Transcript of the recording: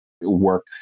work